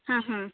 ಹಾಂ ಹ್ಞೂ